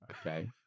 Okay